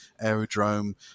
aerodrome